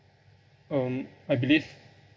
um I believe